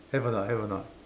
have or not have or not